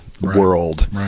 world